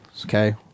Okay